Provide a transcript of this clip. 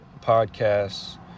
podcasts